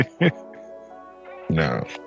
No